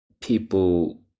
people